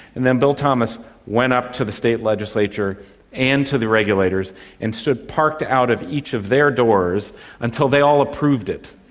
and then bill thomas went up to the state legislature and the regulators and stood parked out of each of their doors until they all approved it.